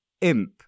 Imp